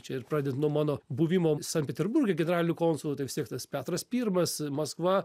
čia ir pradedant nuo mano buvimo sankt peterburge generaliniu konsulu tai vis tiek tas petras pirmas maskva